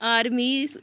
army